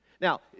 Now